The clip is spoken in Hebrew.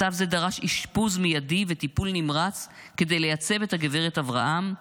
מצב זה דרש אשפוז מיידי וטיפול נמרץ כדי לייצב את הגברת אברהם,